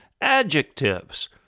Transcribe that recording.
adjectives